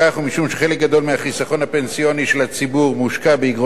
ומשום שחלק גדול מהחיסכון הפנסיוני של הציבור מושקע באיגרות חוב,